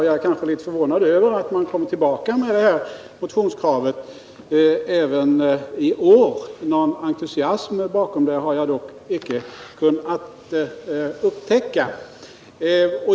Jag är litet förvånad över att man kom tillbaka med detta motionskrav även i år. Någon entusiasm bakom kravet har jag dock icke kunnat upptäcka.